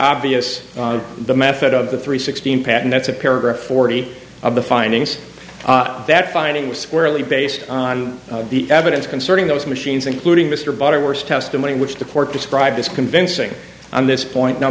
obvious the method of the three sixteen pattern that's a paragraph forty of the findings that finding squarely based on the evidence concerning those machines including mr butterworth testimony which the court described as convincing on this point no